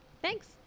thanks